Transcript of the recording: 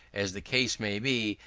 as the case may be,